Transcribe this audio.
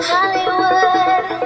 Hollywood